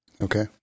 Okay